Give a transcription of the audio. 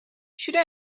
should